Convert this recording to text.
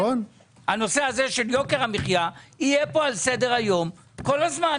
הנושא של יוקר המחיה יהיה פה על סדר-היום כל הזמן.